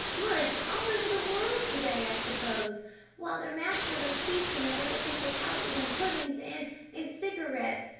mush all over the world to-day i suppose while their masters are feasting at other people's houses on puddings and and cigarettes!